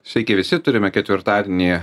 sveiki visi turime ketvirtadienį